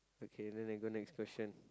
okay then we go next question